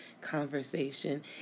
conversation